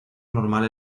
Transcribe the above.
normal